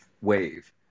wave